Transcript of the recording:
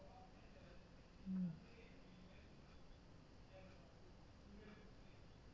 mm